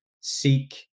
seek